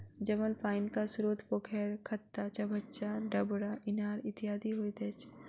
जमल पाइनक स्रोत पोखैर, खत्ता, चभच्चा, डबरा, इनार इत्यादि होइत अछि